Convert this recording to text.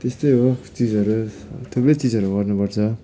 त्यस्तै हो चिजहरू थुप्रै चिजहरू गर्नुपर्छ